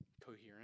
Coherent